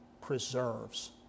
preserves